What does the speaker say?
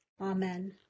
Amen